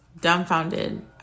dumbfounded